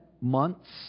months